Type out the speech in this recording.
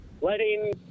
letting